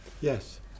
Yes